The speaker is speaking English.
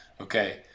okay